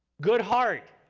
good heart.